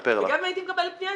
וגם אם הייתי מקבלת פנייה,